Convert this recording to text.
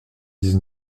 dix